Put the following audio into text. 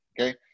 okay